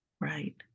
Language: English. Right